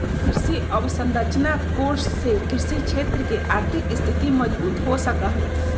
कृषि अवसरंचना कोष से कृषि क्षेत्र के आर्थिक स्थिति मजबूत हो सका हई